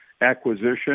acquisition